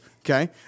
Okay